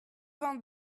vingt